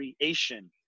creation